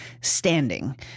standing